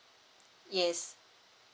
yes